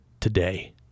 today